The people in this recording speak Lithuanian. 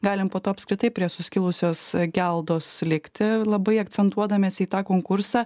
galim po to apskritai prie suskilusios geldos likti labai akcentuodamiesi į tą konkursą